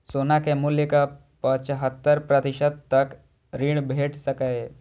सोना के मूल्यक पचहत्तर प्रतिशत तक ऋण भेट सकैए